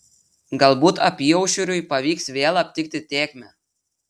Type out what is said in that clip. galbūt apyaušriui pavyks vėl aptikti tėkmę